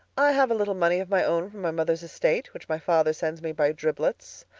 i have a little money of my own from my mother's estate, which my father sends me by driblets.